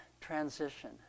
transition